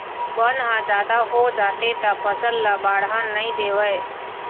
बन ह जादा हो जाथे त फसल ल बाड़हन नइ देवय